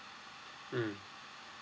mm